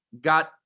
got